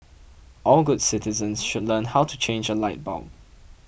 all good citizens should learn how to change a light bulb